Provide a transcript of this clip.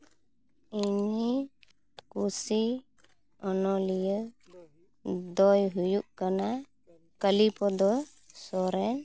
ᱤᱧᱤᱧ ᱠᱩᱥᱤ ᱚᱱᱚᱞᱤᱭᱟᱹ ᱫᱚᱭ ᱦᱩᱭᱩᱜ ᱠᱟᱱᱟ ᱠᱟᱞᱤᱯᱚᱫᱚ ᱥᱚᱨᱮᱱ